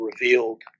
revealed